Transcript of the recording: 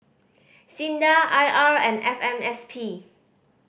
SINDA I R and F M S P